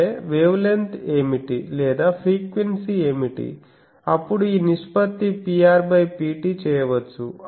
అంటే వేవ్లెంగ్త్ ఏమిటి లేదా ఫ్రీక్వెన్సీ ఏమిటి అప్పుడు ఈ నిష్పత్తి PrPt చేయవచ్చు